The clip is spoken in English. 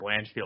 Blanchfield